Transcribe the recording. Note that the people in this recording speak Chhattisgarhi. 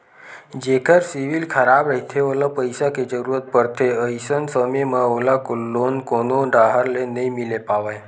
जेखर सिविल खराब रहिथे ओला पइसा के जरूरत परथे, अइसन समे म ओला लोन कोनो डाहर ले नइ मिले पावय